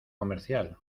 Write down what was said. comercial